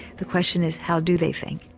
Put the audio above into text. the question is how do they think?